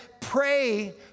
pray